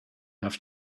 have